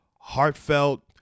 heartfelt